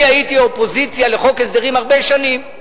אני הייתי אופוזיציה לחוק הסדרים הרבה שנים.